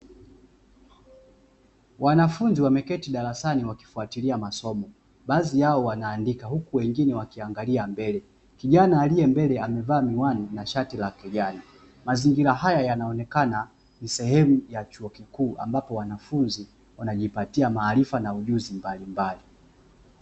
Wanafunzi wameketi darasani wakifuatilia masomo baadhi yao wanaandika huku wengine wakiangalia mbele. kijana aliye mbele amevaa miwani na shati la kijani. Mazingira haya yanaonekana ni sehemu ya chuo kikuu ambapo wanafunzi wanajipatia maarifa na ujuzi mbalimbali.